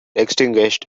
extinguished